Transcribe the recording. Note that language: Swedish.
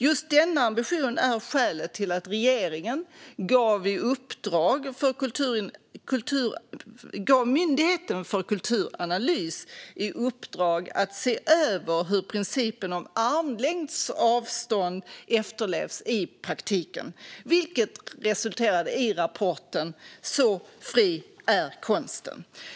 Just denna ambition är skälet till att regeringen gav Myndigheten för kulturanalys i uppdrag att se över hur principen om armlängds avstånd efterlevs i praktiken, vilket resulterade i rapporten Så fri är konsten.